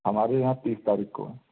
हमारे यहाँ तीस तारीख़ को